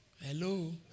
Hello